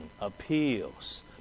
appeals